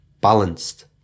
balanced